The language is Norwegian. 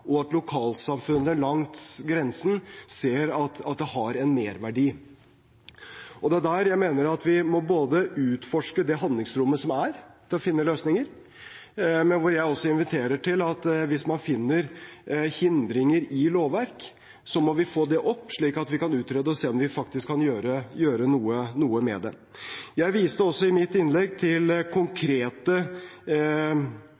og at lokalsamfunnet langs grensen ser at det har en merverdi. Det er der jeg mener at vi må utforske det handlingsrommet som er, til å finne løsninger, og det er der jeg inviterer til at hvis man finner hindringer i lovverk, må vi få det opp, slik at vi kan utrede og se på om vi faktisk kan gjøre noe med det. Jeg viste også i mitt innlegg til